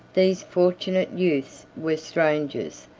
these fortunate youths were strangers,